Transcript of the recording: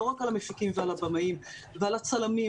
ולא רק על המפיקים ועל הבמאים אלא גם על הצלמים,